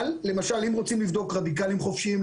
אבל אם רוצים לבדוק למשל רדיקליים חופשיים,